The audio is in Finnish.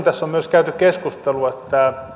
tässä on myös käyty keskustelua